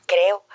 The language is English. Creo